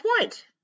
point